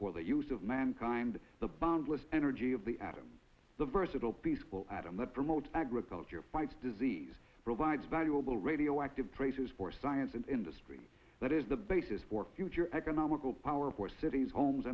for the use of mankind the bond was energy of the atom the versatile peaceful atom that promotes agriculture fights disease provides valuable radioactive traces for science and industry that is the basis for future economical power for cities homes